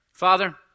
Father